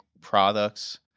products